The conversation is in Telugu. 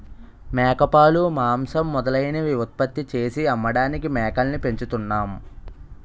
మేకపాలు, మాంసం మొదలైనవి ఉత్పత్తి చేసి అమ్మడానికి మేకల్ని పెంచుతున్నాం